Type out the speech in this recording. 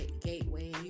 Gateway